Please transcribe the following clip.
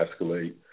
escalate